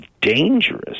dangerous